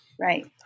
Right